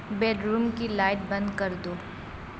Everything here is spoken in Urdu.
بیڈ روم کی لائٹ بند کر دو